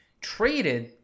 traded